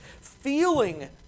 Feeling